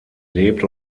lebt